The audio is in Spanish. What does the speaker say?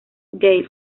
gale